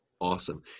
Awesome